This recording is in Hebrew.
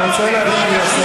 אני רוצה שיסיים.